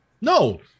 No